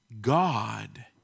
God